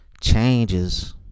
changes